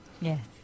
Yes